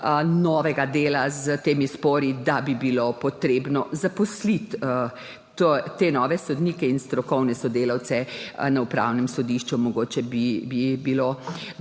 novega dela s temi spori, da bi bilo potrebno zaposliti te nove sodnike in strokovne sodelavce na Upravnem sodišču. Mogoče bi jih